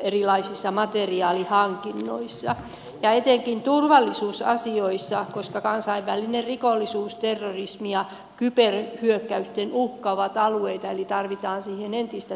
erilaisissa materiaalihankinnoissa ja etenkin turvallisuusasioissa koska kansainvälinen rikollisuus terrorismi ja kyberhyökkäysten uhka ovat alueita joilla tarvitaan entistä tiiviimpää työtä